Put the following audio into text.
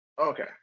Okay